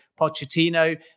Pochettino